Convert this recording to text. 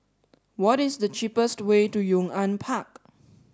what is the cheapest way to Yong An Park